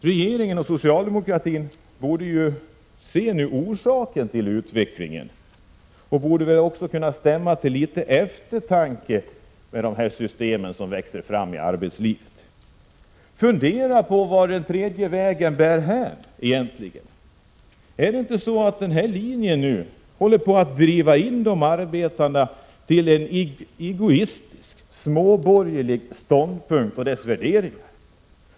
Regeringen och socialdemokratin borde nu se orsaken till denna utveckling. De system som växer fram i arbetslivet borde kunna stämma till eftertanke. Fundera på vart den tredje vägen bär hän! Är det inte så att denna utveckling håller på att driva arbetarna in i en egoistisk småborgerlig ståndpunkt och dess värderingar?